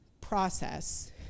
process